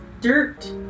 dirt